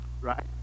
right